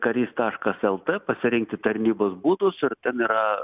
karys taškas lt pasirinkti tarnybos būdus ir ten yra